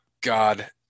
God